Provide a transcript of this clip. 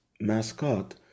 mascot